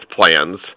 plans